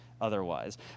otherwise